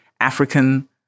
African